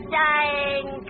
dying